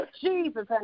Jesus